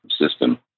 system